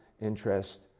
interest